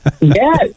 yes